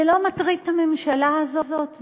זה לא מטריד את הממשלה הזאת,